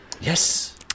Yes